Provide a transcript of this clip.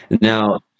Now